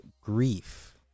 grief